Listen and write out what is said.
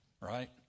right